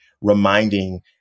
reminding